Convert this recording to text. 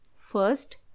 First